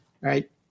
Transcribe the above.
Right